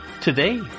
today